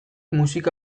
musika